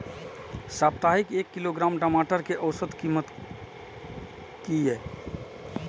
साप्ताहिक एक किलोग्राम टमाटर कै औसत कीमत किए?